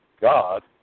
God